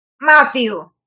Matthew